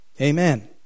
Amen